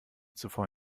zuvor